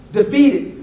defeated